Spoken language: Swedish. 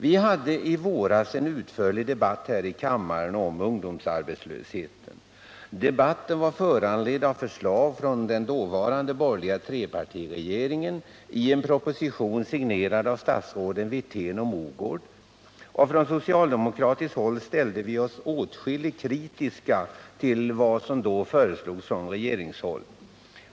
Vi hade i våras en utförlig debatt här i kammaren om ungdomsarbetslösheten. Debatten var föranledd av förslag från den dåvarande borgerliga trepartiregeringen i en proposition signerad statsråden Wirtén och Mogård. Från socialdemokratiskt håll ställde vi oss åtskilligt kritiska till vad som då föreslogs från regeringshåll.